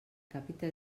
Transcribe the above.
càpita